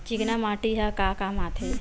चिकना माटी ह का काम आथे?